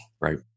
right